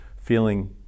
feeling